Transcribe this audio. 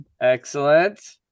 Excellent